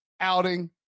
outing